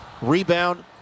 Rebound